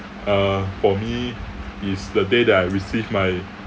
uh for me is the day that I receive my